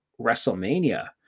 WrestleMania